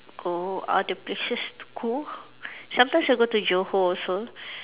go other places to cool sometimes I go to Johor also